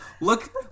look